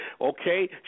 okay